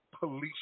Police